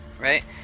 right